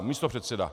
Místopředseda.